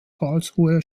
karlsruhe